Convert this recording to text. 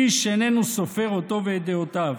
איש איננו סופר אותו ואת דעותיו.